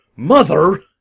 mother